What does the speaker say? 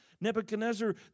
Nebuchadnezzar